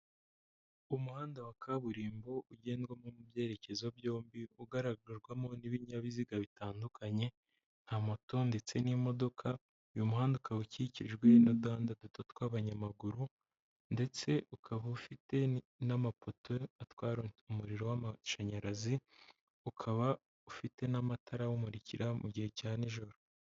Umuhanda wa kaburimbo ugendwamo mu byerekezo byombi ugaragarwamo n'ibinyabiziga bitandukanye nka moto ndetse n'imodoka, uyu muhanda ukaba ukikijwe n'uhandada duto tw'abanyamaguru ndetse ukaba ufite n'amapoto atwara umuriro w'amashanyarazi, ukaba ufite n'amatara awumurikira mu gihe cya nijoro.